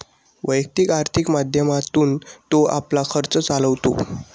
वैयक्तिक आर्थिक माध्यमातून तो आपला खर्च चालवतो